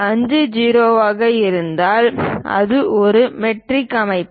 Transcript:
50 ஆக இருந்தால் அது ஒரு மெட்ரிக் அமைப்பு